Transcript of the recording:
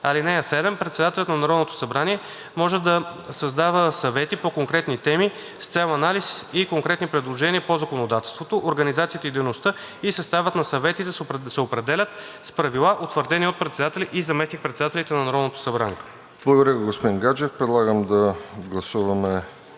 (7) Председателят на Народното събрание може да създава съвети по конкретни теми с цел анализ и конкретни предложения по законодателството. Организацията, дейността и съставът на съветите се определят с правила, утвърдени от председателя и заместник-председателите на Народното събрание.“ ПРЕДСЕДАТЕЛ РОСЕН ЖЕЛЯЗКОВ: Благодаря Ви, господин Гаджев. Предлагам да гласуваме